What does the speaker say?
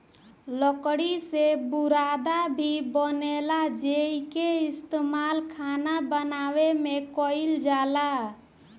लकड़ी से बुरादा भी बनेला जेइके इस्तमाल खाना बनावे में कईल जाला